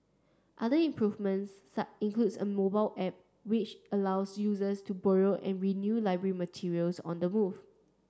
other improvements includes a mobile app which allows users to borrow and renew library materials on the move